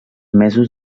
mesos